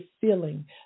feeling